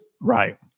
Right